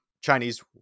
chinese